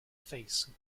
face